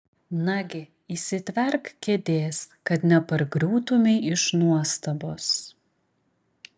nagi įsitverk kėdės kad nepargriūtumei iš nuostabos